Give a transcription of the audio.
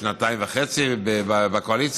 שנתיים וחצי בקואליציה.